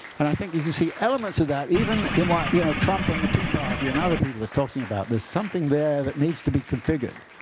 and i think you can see elements of that even in what yeah trump and the tea party and other people are talking about. there's something there that needs to be configured.